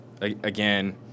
again